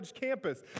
Campus